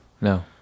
No